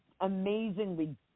amazingly